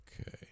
Okay